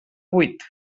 vuit